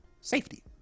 safety